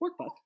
workbook